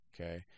okay